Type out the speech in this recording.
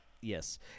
Yes